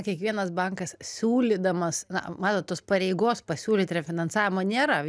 kiekvienas bankas siūlydamas na matot tos pareigos pasiūlyti refinansavimo nėra